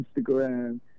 instagram